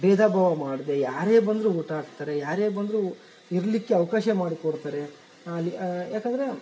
ಭೇದಭಾವ ಮಾಡದೆ ಯಾರೇ ಬಂದರು ಊಟ ಹಾಕ್ತಾರೆ ಯಾರೇ ಬಂದರು ಇರಲಿಕ್ಕೆ ಅವಕಾಶ ಮಾಡಿಕೊಡ್ತಾರೆ ಯಾಕಂದರೆ